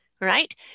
right